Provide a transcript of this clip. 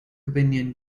opinion